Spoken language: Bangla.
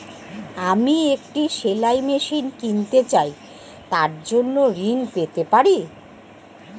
আমি একটি সেলাই মেশিন কিনতে চাই তার জন্য ঋণ পেতে পারি?